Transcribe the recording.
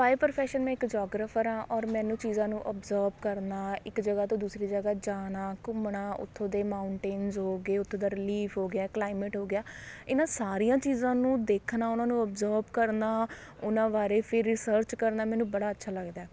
bye profession ਮੈਂ ਇੱਕ geographer ਹਾਂ ਔਰ ਮੈਨੂੰ ਚੀਜ਼ਾਂ ਨੂੰ ਔਬਜਰਵ ਕਰਨਾ ਇੱਕ ਜਗ੍ਹਾ ਤੋਂ ਦੂਸਰੀ ਜਗ੍ਹਾ ਜਾਣਾ ਘੁੁੰਮਣਾ ਉੱਥੋਂ ਦੇ ਮਾਊਂਟੇਨਸ ਹੋ ਗਏ ਉੱਥੋਂ ਦਾ ਰਿਲੀਫ ਹੋ ਗਿਆ ਕਲਾਈਮੇਟ ਹੋ ਗਿਆ ਇਹਨਾਂ ਸਾਰੀਆਂ ਚੀਜ਼ਾਂ ਨੂੰ ਦੇਖਣਾ ਉਹਨਾਂ ਨੂੰ ਔਬਜਰਵ ਕਰਨਾ ਉਹਨਾਂ ਬਾਰੇ ਫਿਰ ਰਿਸਰਚ ਕਰਨਾ ਮੈਨੂੰ ਬੜਾ ਅੱਛਾ ਲੱਗਦਾ ਹੈ